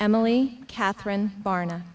emily catherine barn